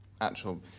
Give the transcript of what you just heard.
actual